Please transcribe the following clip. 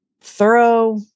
thorough